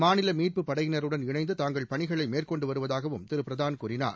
மாநில மீட்பு படையினருடன் இணைந்து தாங்கள் பணிகளை மேற்கொண்டு வருவதாகவும் திரு பிரதான் கூறினார்